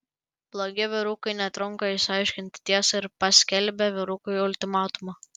blogi vyrukai netrunka išsiaiškinti tiesą ir paskelbia vyrukui ultimatumą